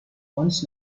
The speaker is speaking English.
funds